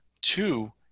Two